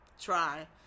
try